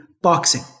boxing